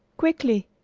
quickly!